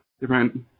different